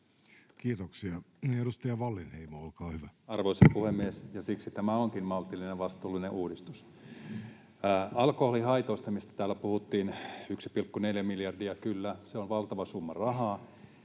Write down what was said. muuttamisesta Time: 17:55 Content: Arvoisa puhemies! Siksi tämä onkin maltillinen ja vastuullinen uudistus. Alkoholihaitoista, mistä täällä puhuttiin, 1,4 miljardia — kyllä, se on valtava summa rahaa.